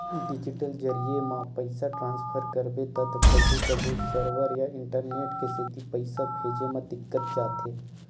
digital जरिए म पइसा ट्रांसफर करबे त कभू कभू सरवर या इंटरनेट के सेती पइसा भेजे म दिक्कत जाथे